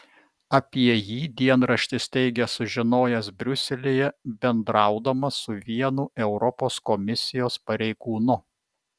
apie jį dienraštis teigia sužinojęs briuselyje bendraudamas su vienu europos komisijos pareigūnu